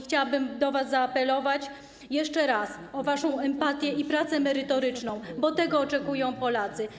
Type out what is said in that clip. Chciałabym zaapelować do was jeszcze raz o waszą empatię i pracę merytoryczną, bo tego oczekują Polacy.